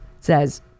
says